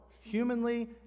humanly